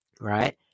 right